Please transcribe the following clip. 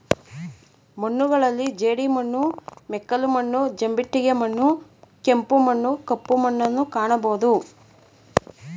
ಮಣ್ಣುಗಳಲ್ಲಿ ಜೇಡಿಮಣ್ಣು, ಮೆಕ್ಕಲು ಮಣ್ಣು, ಜಂಬಿಟ್ಟಿಗೆ ಮಣ್ಣು, ಕೆಂಪು ಮಣ್ಣು, ಕಪ್ಪು ಮಣ್ಣುನ್ನು ಕಾಣಬೋದು